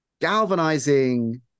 galvanizing